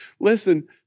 Listen